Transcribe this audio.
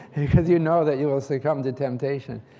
because you know that you will succumb to temptation.